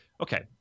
Okay